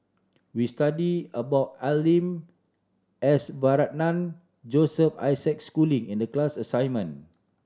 we studied about Al Lim S Varathan Joseph Isaac Schooling in the class assignment